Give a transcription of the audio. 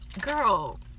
Girl